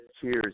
cheers